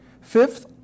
Fifth